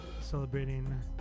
celebrating